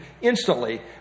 instantly